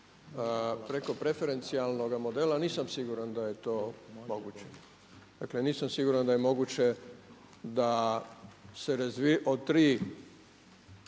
preko preferencijalnoga modela nisam siguran da je to moguće. Dakle, nisam siguran da je moguće da se od tri